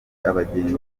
abagenzi